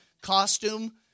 costume